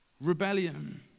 rebellion